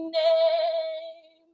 name